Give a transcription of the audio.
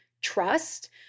trust